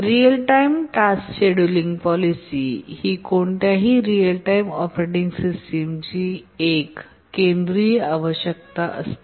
real time task scheduling policy ही कोणत्याही real time operating सिस्टमची एक केंद्रीय आवश्यकता असते